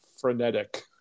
frenetic